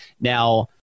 Now